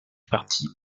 parti